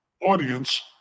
audience